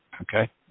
Okay